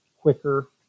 quicker